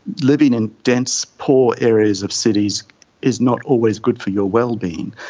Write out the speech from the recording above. living in dense, poor areas of cities is not always good for your well-being,